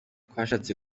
twashatse